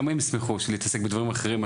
גם הם ישמחו להתעסק בדברים אחרים,